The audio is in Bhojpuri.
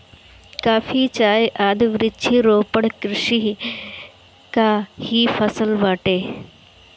चाय, कॉफी आदि वृक्षारोपण कृषि कअ ही फसल बाटे